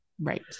right